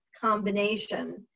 combination